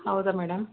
ಹೌದಾ ಮೇಡಮ್